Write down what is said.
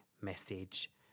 message